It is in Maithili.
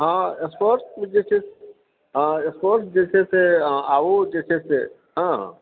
हँ स्पोर्ट्समे जे छै हँ स्पोर्ट्स जे छै से अहाँ आबु जे छै से हँ